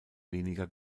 weniger